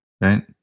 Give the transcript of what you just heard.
right